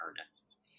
earnest